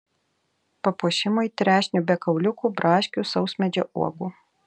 papuošimui trešnių be kauliukų braškių sausmedžio uogų